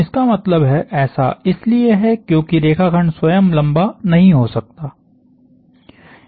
इसका मतलब है ऐसा इसलिए है क्योंकि रेखाखंड स्वयं लंबा नहीं हो सकता है